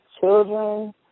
children